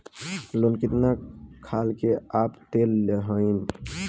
Loan कितना खाल के आप लेत हईन?